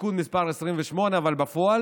(תיקון מס' 28) אבל בפועל